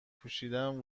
پوشیدن